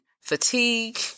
fatigue